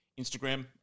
Instagram